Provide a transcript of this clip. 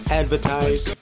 advertise